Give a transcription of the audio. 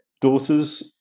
Daughters